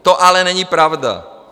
To ale není pravda.